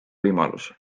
võimalus